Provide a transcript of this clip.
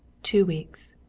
two weeks.